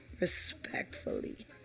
Respectfully